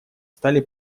стали